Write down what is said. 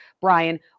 Brian